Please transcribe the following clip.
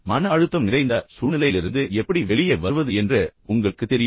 மன அழுத்தம் நிறைந்த சூழ்நிலையிலிருந்து எப்படி வெளியே வருவது என்று உங்களுக்குத் தெரியுமா